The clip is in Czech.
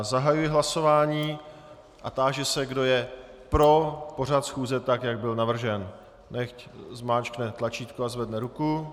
Zahajuji hlasování a táži se, kdo je pro pořad schůze, tak jak byl navržen, ať zmáčkne tlačítko a zvedne ruku.